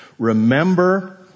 Remember